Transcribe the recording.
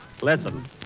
Listen